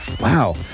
Wow